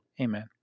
Amen